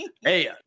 Hey